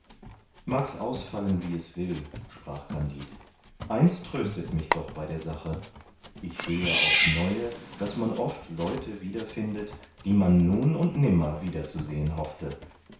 mag's ausfallen wie es will sprach kandid eins tröstet mich doch bei der sache ich sehe aufs neue daß man oft leute wiederfindet die man nun und nimmer wiederzusehen hoffte